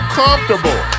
comfortable